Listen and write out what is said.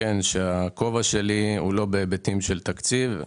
הכובע שלי הוא לא בהיבטים של תקציב.